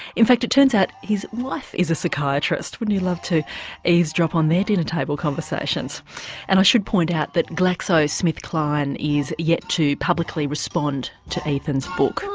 in fact it turns out his wife is a psychiatrist, wouldn't you love to eavesdrop on their dinner table conversations and i should point out that glaxo smith kline is yet to publicly respond to ethan's book.